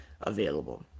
available